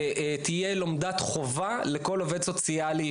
שתהיה לומדת חובה לכל עובד סוציאלי,